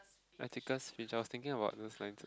practicals which I was thinking about those lines